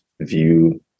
view